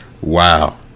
Wow